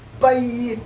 bye!